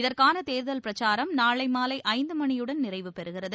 இதற்கான தேர்தல் பிரச்சாரம் நாளை மாலை ஐந்து மணியுடன் நிறைவு பெறுகிறது